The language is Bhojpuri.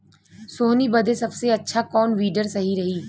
सोहनी बदे सबसे अच्छा कौन वीडर सही रही?